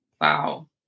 Wow